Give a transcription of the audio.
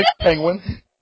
penguin